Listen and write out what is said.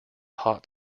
hot